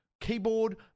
keyboard